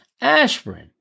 Aspirin